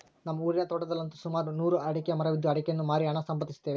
ನಮ್ಮ ಊರಿನ ತೋಟದಲ್ಲಂತು ಸುಮಾರು ನೂರು ಅಡಿಕೆಯ ಮರವಿದ್ದು ಅಡಿಕೆಯನ್ನು ಮಾರಿ ಹಣ ಸಂಪಾದಿಸುತ್ತೇವೆ